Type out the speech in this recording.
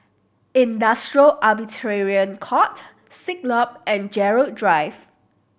Industrial Arbitration Court Siglap and Gerald Drive